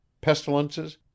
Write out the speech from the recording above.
pestilences